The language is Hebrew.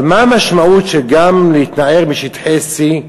אבל מה המשמעות של, גם להתנער משטחי C?